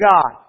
God